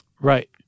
Right